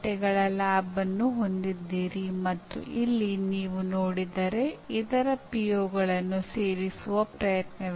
ಗರಿಷ್ಠ ಸಂಖ್ಯೆಯ ಜನರಿಗೆ ಪ್ರತಿಕ್ರಿಯೆ ನೀಡುವ ವಿಧಾನವನ್ನು ನೀವು ರೂಪಿಸಬೇಕು